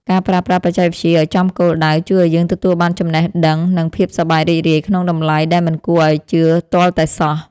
ការប្រើប្រាស់បច្ចេកវិទ្យាឱ្យចំគោលដៅជួយឱ្យយើងទទួលបានចំណេះដឹងនិងភាពសប្បាយរីករាយក្នុងតម្លៃដែលមិនគួរឱ្យជឿទាល់តែសោះ។